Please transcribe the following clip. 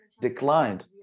declined